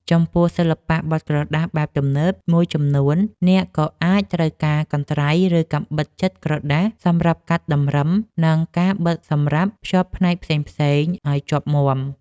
ចំពោះសិល្បៈបត់ក្រដាសបែបទំនើបមួយចំនួន អ្នកក៏អាចត្រូវការកន្ត្រៃ ឬកាំបិតចិតក្រដាសសម្រាប់កាត់តម្រឹម និងកាវបិទសម្រាប់ភ្ជាប់ផ្នែកផ្សេងៗឱ្យជាប់មាំ។